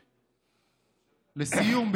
לסיום,